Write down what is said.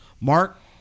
Mark